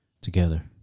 together